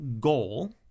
goal